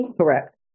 correct